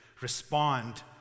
respond